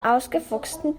ausgefuchsten